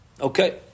Okay